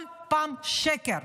כל פעם שקר.